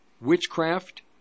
witchcraft